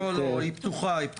לא, לא, היא פתוחה.